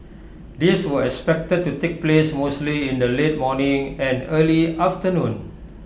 these were expected to take place mostly in the late morning and early afternoon